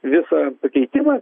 visą pakeitimą